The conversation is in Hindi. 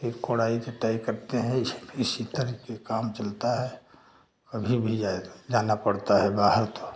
फिर कोड़ाई छटाई करते हैं इसी तरह से काम चलता है कभी भी अब जाना पड़ता है बाहर तो